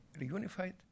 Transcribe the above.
reunified